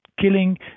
killing